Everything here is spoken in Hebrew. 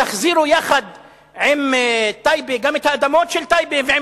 תחזירו יחד עם טייבה גם את האדמות של טייבה ועם